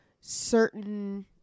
certain